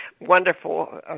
wonderful